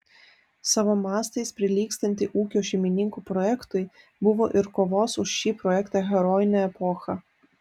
savo mastais prilygstantį ūkio šeimininkų projektui buvo ir kovos už šį projektą herojinė epocha